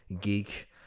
geek